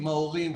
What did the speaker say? עם ההורים,